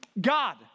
God